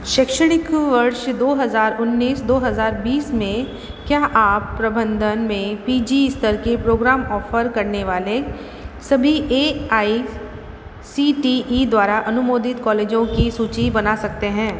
शैक्षणिक वर्ष दो हज़ार उन्नीस दो हज़ार बीस में क्या आप प्रबंधन में पी जी स्तर के प्रोग्राम ऑफ़र करने वाले सभी A I C T E द्वारा अनुमोदित कॉलेजों की सूची बना सकते हैं